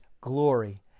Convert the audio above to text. glory